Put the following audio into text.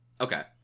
okay